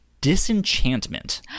Disenchantment